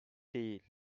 değil